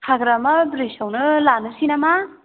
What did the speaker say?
हाग्रामा ब्रिजआवनो लानोसै नामा